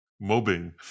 Mobbing